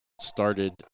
started